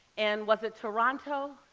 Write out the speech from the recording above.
and was it toronto?